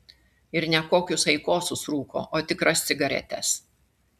ir ne kokius aikosus rūko o tikras cigaretes